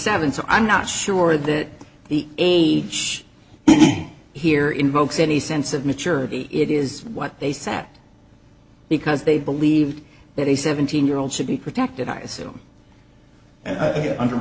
seven so i'm not sure that the age here invokes any sense of maturity it is what they sat because they believe that a seventeen year old should be protected i assume and